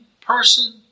person